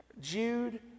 Jude